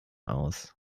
aus